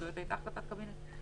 זאת הייתה החלטת קבינט.